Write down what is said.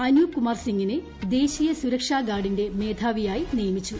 അനൂപ് കുമാർ സിങ്ങിനെ ദേശീയ സുരക്ഷാ ഗാർഡിന്റെ മേധാവിയായി നിയമിച്ചു